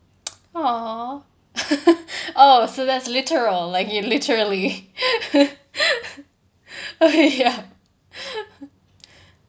!aww! oh so that's literal like you literally okay ya